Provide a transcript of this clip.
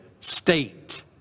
state